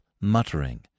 muttering